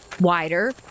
wider